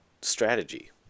strategy